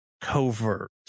covert